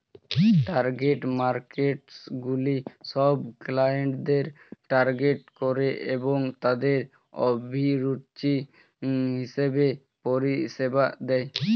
target মার্কেটসগুলি সব ক্লায়েন্টদের টার্গেট করে এবং তাদের অভিরুচি হিসেবে পরিষেবা দেয়